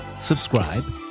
subscribe